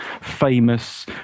famous